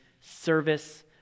service